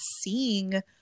seeing